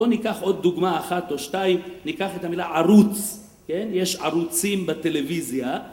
‫בואו ניקח עוד דוגמא אחת או שתיים, ‫ניקח את המילה ערוץ, כן? ‫יש ערוצים בטלוויזיה.